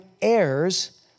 heirs